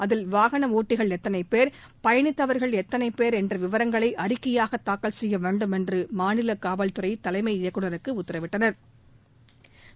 அதில் வாகன ஒட்டிகள் எத்தனை பேர் பயணித்தவர்கள் எத்தனை பேர் என்ற விவரங்களை அறிக்கையாக தாக்கல் செய்ய வேண்டும் என்று மாநில காவல்துறை தலைமை இயக்குநருக்கு உத்தரவிட்டனா்